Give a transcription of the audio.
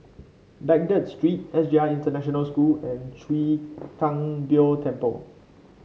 Baghdad Street S J I International School and Chwee Kang Beo Temple